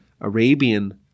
Arabian